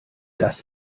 das